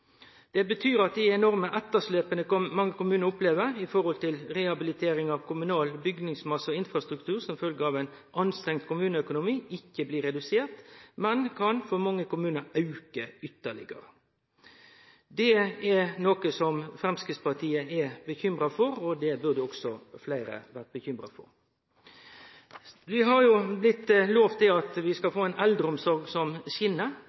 Det betyr at dei enorme etterslepa mange kommunar opplever når det gjeld rehabilitering av kommunal bygningsmasse og infrastruktur som følgje av ein anstrengt kommuneøkonomi, ikkje blir reduserte, men kan for mange kommunar auke ytterlegare. Det er noko som Framstegspartiet er bekymra for, og det burde også fleire vere bekymra for. Vi har blitt lova at vi skal få ei eldreomsorg som